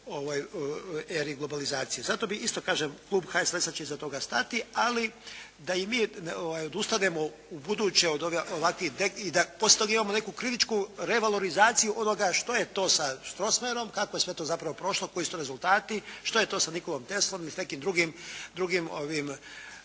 eri globalizacije. Zato bi isto kažem klub HSLS-a će iza toga stati, ali da i mi odustanemo ubuduće od ovakvih i da poslije toga imamo neku kritičku revalorizaciju onoga što je to sa Strossmayerom, kako je to sve zapravo prošlo, koji su to rezultati, što je to sa Nikolom Teslom ili s nekim drugim